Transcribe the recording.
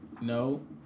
No